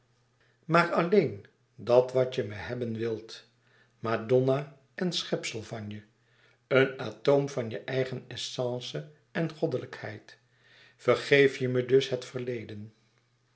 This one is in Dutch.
maar alleen dat wat je me hebben wilt madonna en schepsel van je een atoom van je eigen essence en goddelijkheid vergeef je me dus het verleden